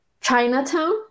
Chinatown